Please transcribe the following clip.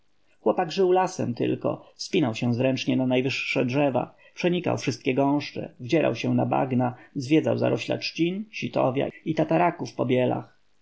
żył lasem tylko wspinał się zręcznie na najwyższe drzewa przenikał wszystkie gąszcze wdzierał się na bagna zwiedzał zarośla trzcin sitowia i tataraków po